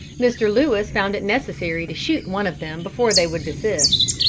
mr. lewis found it necessary to shoot one of them before they would desist.